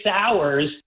hours